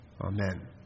Amen